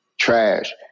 Trash